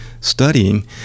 studying